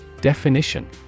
Definition